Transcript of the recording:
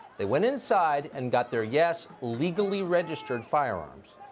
they went inside and got there yes, legally registered firearms